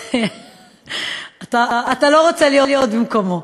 אתה לא רוצה להיות במקומו.